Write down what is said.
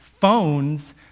phones